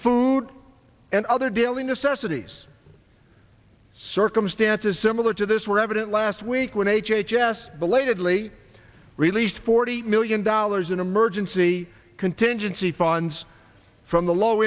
food and other daily necessities circumstances similar to this were evident last week when h h s belatedly released forty million dollars in emergency contingency funds from the low